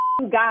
God